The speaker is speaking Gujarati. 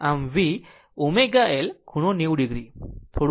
આમ V ω L ખૂણો 90 o